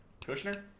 Kushner